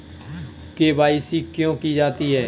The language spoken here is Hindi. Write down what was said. के.वाई.सी क्यों की जाती है?